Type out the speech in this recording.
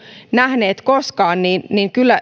nähneet koskaan kyllä